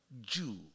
Jew